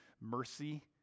mercy